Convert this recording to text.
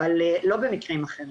אבל לא במקרים אחרים.